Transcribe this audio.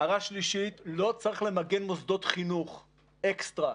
הערה שלישית, לא צריך למגן מוסדות חינוך, אקסטרה.